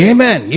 Amen